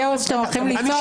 בכאוס שאתם הולכים ליצור,